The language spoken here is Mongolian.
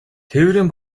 тээврийн